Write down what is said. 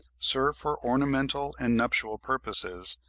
serve for ornamental and nuptial purposes,